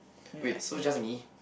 wait so is just me